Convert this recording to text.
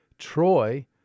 Troy